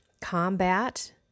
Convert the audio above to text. combat